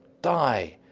die!